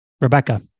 Rebecca